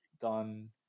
done